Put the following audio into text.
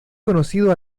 conocido